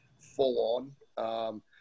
full-on